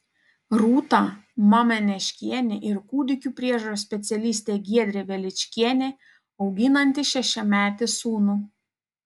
rūta mameniškienė ir kūdikių priežiūros specialistė giedrė veličkienė auginanti šešiametį sūnų